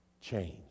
change